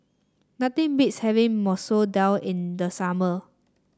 nothing beats having Masoor Dal in the summer